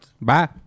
Bye